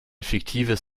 fiktives